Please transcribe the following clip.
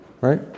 Right